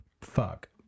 fuck